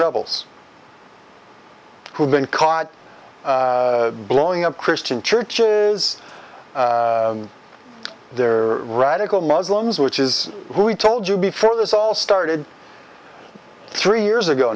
rebels who've been caught blowing up christian churches there are radical muslims which is who we told you before this all started three years ago